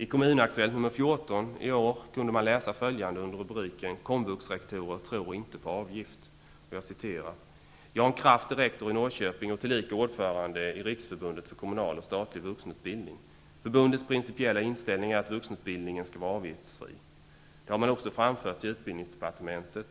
I Kommun-Aktuellt nr 14 i år kunde man läsa följande under rubriken ''Komvux-rektorer tror inte på avgift'': ''Jan Kraft är rektor i Norrköping och tillika ordförande i Riksförbundet för kommunal och statlig vuxenutbildning. Förbundets principiella inställning är att vuxenutbildningen ska vara avgiftsfri. Den har man också framfört till utbildningsdepartementet